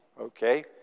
Okay